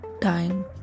time